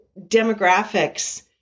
demographics